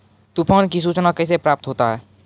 तुफान की सुचना कैसे प्राप्त होता हैं?